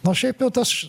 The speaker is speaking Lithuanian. nors šiaip jau tas